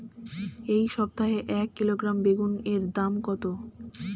এই সপ্তাহে এক কিলোগ্রাম বেগুন এর দাম কত?